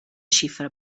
xifra